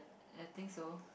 I think so